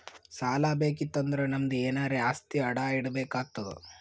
ಸಾಲಾ ಬೇಕಿತ್ತು ಅಂದುರ್ ನಮ್ದು ಎನಾರೇ ಆಸ್ತಿ ಅಡಾ ಇಡ್ಬೇಕ್ ಆತ್ತುದ್